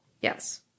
Yes